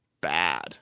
bad